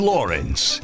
Lawrence